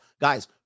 Guys